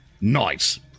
Nice